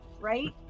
right